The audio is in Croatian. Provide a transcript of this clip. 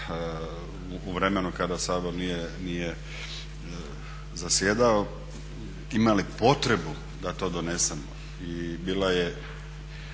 u vremenu kada Sabor nije zasjedao imali potrebu da to donesemo. I bila je,